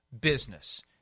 business